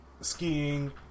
skiing